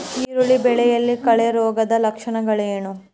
ಈರುಳ್ಳಿ ಬೆಳೆಯಲ್ಲಿ ಕೊಳೆರೋಗದ ಲಕ್ಷಣಗಳೇನು?